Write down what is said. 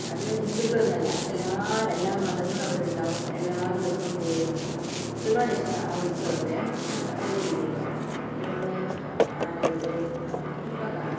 അത് ഹിന്ദുക്കളെന്നല്ല എല്ലാരും എല്ലാ മതങ്ങളും അവിടെയുണ്ടാകും എല്ലാ ദിവസവും പോകുമായിരുന്നു ഒരുപാടിഷ്ടമാണ് ആ ഉത്സവമൊക്കെ അടി പൊളിയായിരിക്കും ഒരുപാട് ആനകളും അയിനെയൊക്കെ കാണാം